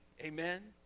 Amen